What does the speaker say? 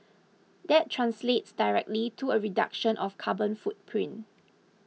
that translates directly to a reduction of carbon footprint